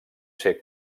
ser